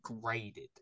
graded